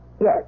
Yes